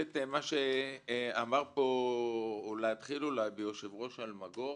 אתחיל ביושב-ראש אלמגור,